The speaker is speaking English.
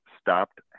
stopped